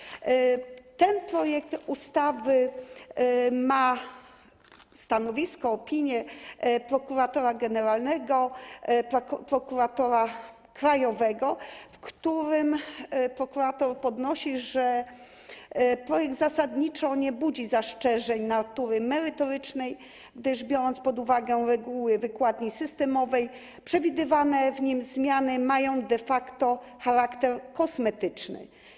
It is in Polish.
W przypadku tego projektu ustawy jest stanowisko, opinia prokuratora generalnego, prokuratora krajowego, w którym prokurator podnosi, że projekt zasadniczo nie budzi zastrzeżeń natury merytorycznej, gdyż biorąc pod uwagę reguły wykładni systemowej, przewidywane w nim zmiany mają de facto charakter kosmetyczny.